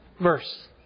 verse